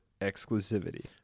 exclusivity